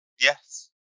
Yes